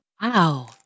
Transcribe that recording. Wow